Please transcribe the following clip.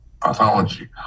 pathology